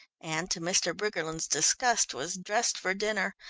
and, to mr. briggerland's disgust, was dressed for dinner,